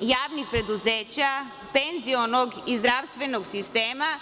javnih preduzeća, penzionog i zdravstvenog sistema,